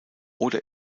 oder